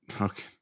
Okay